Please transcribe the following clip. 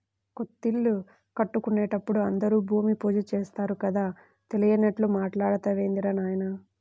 కొత్తిల్లు కట్టుకుంటున్నప్పుడు అందరూ భూమి పూజ చేత్తారు కదా, తెలియనట్లు మాట్టాడతావేందిరా నాయనా